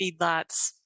feedlots